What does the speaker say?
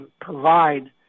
provide